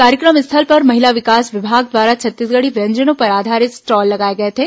कार्यक्रम स्थल पर महिला विकास विभाग द्वारा छतीसगढ़ी व्यंजनों पर आधारित स्टॉल लगाए गए थे